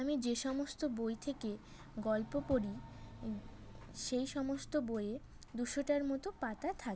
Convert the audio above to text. আমি যে সমস্ত বই থেকে গল্প পড়ি সেই সমস্ত বইয়ে দুশোটার মতো পাতা থাকে